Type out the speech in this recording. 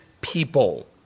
people